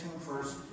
first